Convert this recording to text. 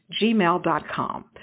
gmail.com